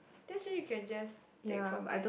then actually you can just take from there